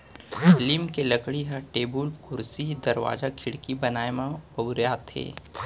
लीम के लकड़ी ह टेबुल, कुरसी, दरवाजा, खिड़की बनाए म बउराथे